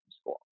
school